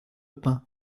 pain